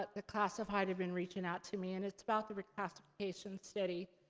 but the classified have been reaching out to me, and it's about the reclassification study.